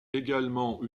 également